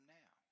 now